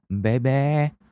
baby